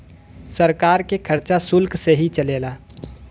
सरकार के खरचा सुल्क से ही चलेला